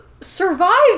survive